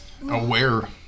aware